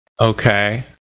Okay